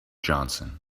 johnson